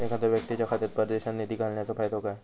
एखादो व्यक्तीच्या खात्यात परदेशात निधी घालन्याचो फायदो काय?